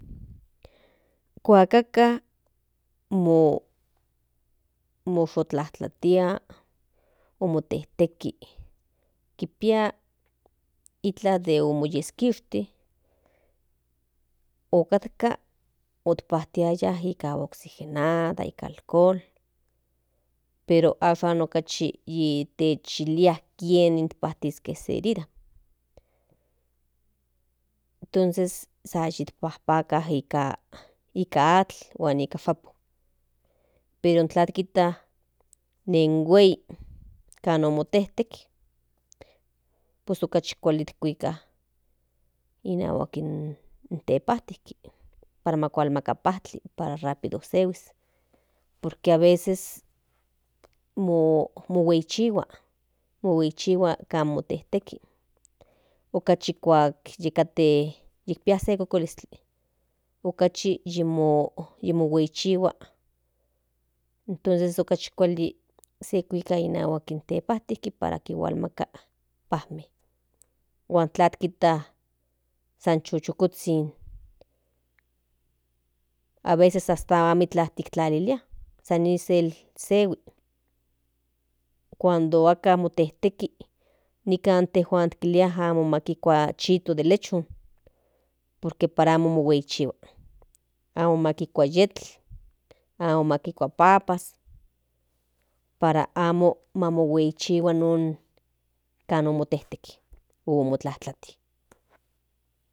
kuak aka motlatia o motekteki kipia iklan de omoyeskishti otkatka otppajtiaya nika agua oxigenada nika alcohol pero ashan yietechilia kienme pajtiske tonces sa yitpajpaka nika atl nikan shapon pero inkla kijta nen huei kan no motejtek pues okachi kuali kuika inahual in tepajtiktin ´para hualmaka pajtli para rápido sehuis por que aveces mo huei chihua kan motejteki okachi kuak pia se kokolizkli okachi omo huei chihua entonces okchi kuali inahuak in tekpajti para kilhuakmaka pajtli huan tlaj kijta san chukozhin aveces hasta amikla kintlalilia san izel sehui cuando aka motejteki nikan intejuan kilia amo kikua in chito de lechon por que oara mo huei chihuan amo kikua yetl amo kikua papa para amo mohuei chihuan kan nomotejtek o kan omotlati.